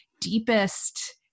deepest